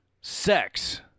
sex